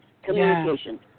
Communication